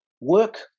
work